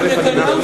ראשית,